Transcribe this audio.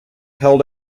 held